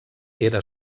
era